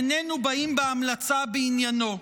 איננו באים בהמלצה בעניינו".